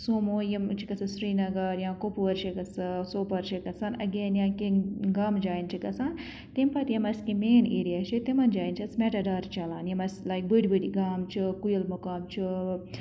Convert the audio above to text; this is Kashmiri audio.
سوموٗ یِم چھِ گژھان سرینگر یا کُپوور چھِ گژھان سوپور چھِ گژھان اگین یا کینٛہہ گامہٕ جایَن چھِ گژھان تٔمۍ پَتہٕ یِم اَسہِ کینٛہہ مین ایریاز چھِ تِمَن جایَن چھِ اَسہِ میٹَڈار چَلان یِم اَسہِ لایک بٔڈۍ بٔڈۍ گام چھِ کُیِل مُقام چھُ